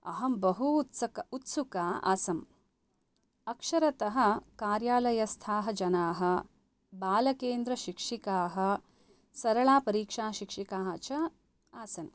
अहं बहु उत्सुका आसम् अक्षरतः कार्यालयस्थाः जनाः बालकेन्द्रशिक्षिकाः सरलपरीक्षाशिक्षिकाः च आसन्